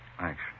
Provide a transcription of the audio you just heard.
Thanks